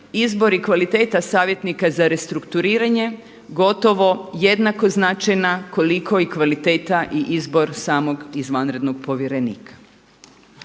izbor i kvaliteta savjetnika za restrukturiranje gotovo jednako značajna koliko i kvaliteta i izbor samog izvanrednog povjerenika.